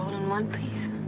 in one piece.